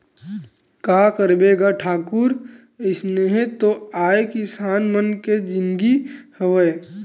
का करबे गा ठाकुर अइसने तो आय किसान मन के जिनगी हवय